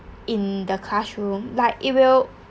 in the classroom like it will